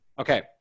Okay